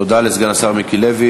תודה לסגן השר מיקי לוי.